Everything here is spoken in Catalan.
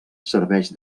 serveix